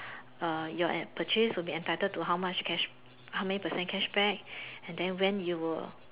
uh your App purchase will be entitled to how much cash how many percent cashback and then when it will